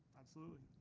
absolutely.